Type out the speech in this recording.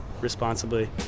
responsibly